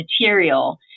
material